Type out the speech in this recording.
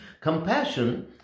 Compassion